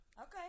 Okay